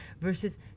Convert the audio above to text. versus